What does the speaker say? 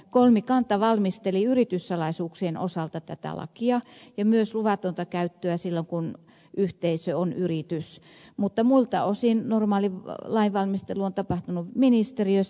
kolmikanta valmisteli yrityssalaisuuksien osalta tätä lakia ja myös luvattoman käytön osalta silloin kun yhteisö on yritys mutta muilta osin normaali lainvalmistelu on tapahtunut ministeriössä